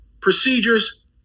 procedures